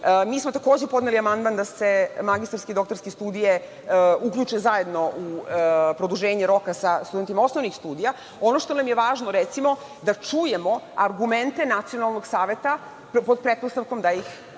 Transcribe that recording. Mi smo takođe podneli amandman da se magistarske i doktorske studije uključe zajedno u produženje roka sa studentima osnovnih studija. Ono što nam je važno je, recimo, da čujemo argumente Nacionalnog saveta, pod pretpostavkom da ih